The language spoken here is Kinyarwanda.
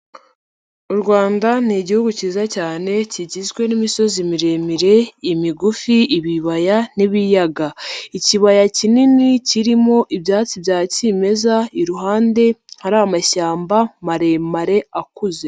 U Rwanda ni Igihugu kiza cyane kigizwe n'imisozi miremire, imigufi, ibibaya n'ibiyaga. Ikibaya kinini kirimo ibyatsi bya kimeza, iruhande hari amashyamba maremare akuze.